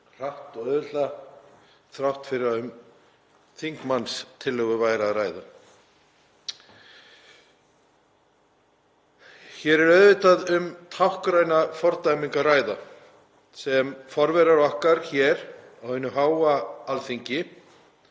hratt og auðveldlega þrátt fyrir að um þingmannstillögu væri að ræða. Hér er auðvitað um táknræna fordæmingu að ræða sem forverar okkar á hinu háa Alþingi